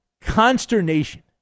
consternation